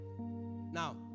Now